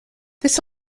this